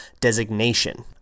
designation